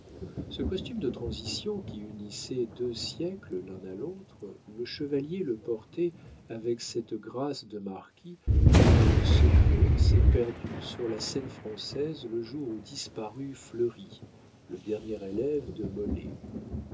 ce costume de transition qui unissait deux siècles l'un à l'autre le chevalier le portait avec cette grâce de marquis dont le secret s'est perdu sur la scène française le jour où disparut fleury le dernier élève de